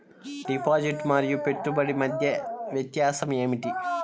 Deposit మరియు పెట్టుబడి మధ్య వ్యత్యాసం ఏమిటీ?